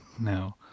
No